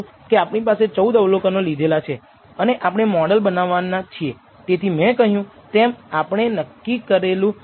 તો ચાલો આપણે જોઈએ કે આ પૂર્વધારણા પરીક્ષણ ખરેખર કેમ કરવું છે